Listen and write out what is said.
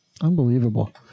Unbelievable